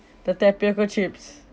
the tapioca chips